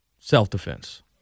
self-defense